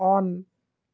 on